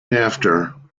after